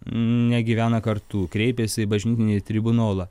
negyvena kartu kreipėsi į bažnytinį tribunolą